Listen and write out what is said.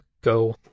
go